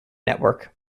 network